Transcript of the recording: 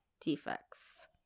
defects